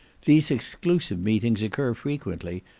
these exclusive meetings occur frequently,